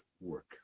work